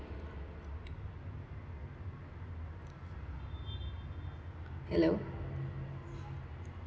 hello